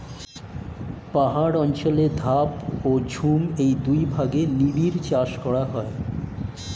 পাহাড় অঞ্চলে ধাপ ও ঝুম এই দুই ভাগে নিবিড় চাষ করা হয়